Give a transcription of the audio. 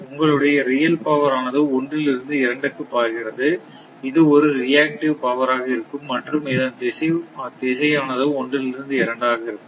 உங்களுடைய real power ஆனது ஒன்றிலிருந்து இரண்டுக்கு பாய்கிறது இது ஒரு ரியக்டிவ் பவர் ஆக இருக்கும் மற்றும் இதன் திசை ஆனது ஒன்றிலிருந்து இரண்டாக இருக்கும்